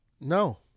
No